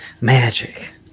magic